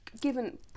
given